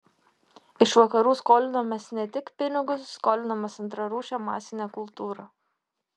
iš vakarų skolinamės ne tik pinigus skolinamės antrarūšę masinę kultūrą